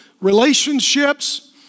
relationships